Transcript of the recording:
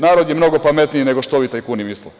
Narod je mnogo pametniji nego što ovi tajkuni misle.